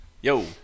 Yo